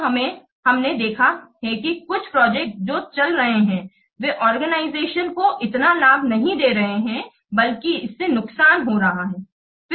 जबकि हमने देखा है कि कुछ प्रोजेक्ट जो चल रही हैं वे ऑर्गेनाइजेशन को इतना लाभ नहीं दे रही हैं बल्कि इससे नुकसान हो रहा है